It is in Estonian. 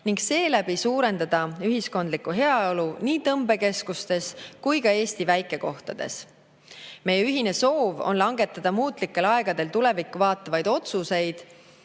ning seeläbi suurendada ühiskondlikku heaolu nii tõmbekeskustes kui ka Eesti väikekohtades. Meie ühine soov on langetada muutlikel aegadel tulevikku vaatavaid otsuseid,